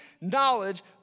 knowledge